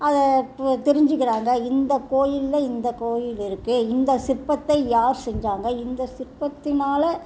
அதை இப்போ தெரிஞ்சிக்கிறாங்க இந்த கோயில்ல இந்த கோயில் இருக்குது இந்த சிற்பத்தை யார் செஞ்சாங்க இந்த சிற்பத்தினால்